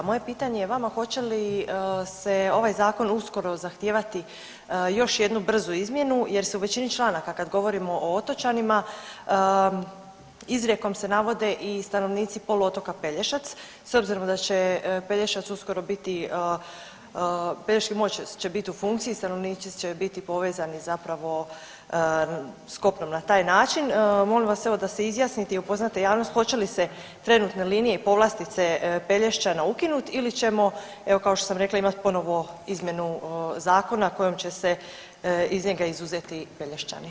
Moje pitanje je vama hoće li se ovaj zakon uskoro zahtijevati još jednu brzu izmjenu jer se u većini članaka kad govorimo o otočanima izrijekom se navode i stanovnici poluotoka Pelješac s obzirom da će Pelješac uskoro biti, Pelješki most će bit u funkciji, stanovnici će biti povezani zapravo s kopnom na taj način, molim vas evo da se izjasnite i upoznate javnost hoće li se trenutne linije i povlastice Pelješćana ukinut ili ćemo evo kao što sam rekla imat ponovo izmjenu zakona kojom će se iz njega izuzeti Pelješćani.